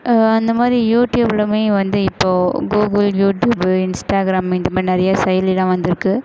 அந்த மாதிரி யூடியூப்பிலுமே வந்து இப்போது கூகுள் யூடியூபு இன்ஸ்டாக்ராம் இந்த மாதிரி நிறைய செயலியெலாம் வந்திருக்கு